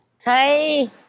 Hi